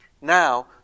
Now